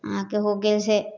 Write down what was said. अहाँके हो गेल से